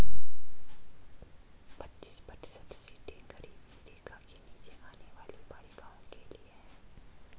पच्चीस प्रतिशत सीटें गरीबी रेखा के नीचे आने वाली बालिकाओं के लिए है